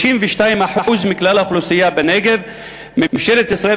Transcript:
32% מכלל האוכלוסייה בנגב ממשלת ישראל